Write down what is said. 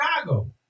Chicago